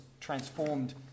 transformed